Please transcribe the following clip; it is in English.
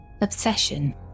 obsession